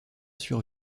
sur